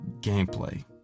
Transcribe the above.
gameplay